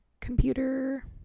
computer